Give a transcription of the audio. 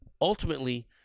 ultimately